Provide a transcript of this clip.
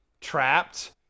trapped